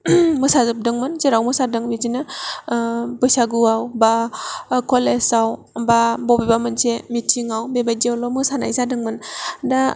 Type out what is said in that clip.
मोसाजोबदोंमोन जेराव मोसादों बिदिनो बैसागुआव बा कलेजआव बा बबेबा मोनसे मिथिंआव बेबादियावल' मोसानाय जादोंमोन दा